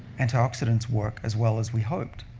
antioxidants work as well as we hoped?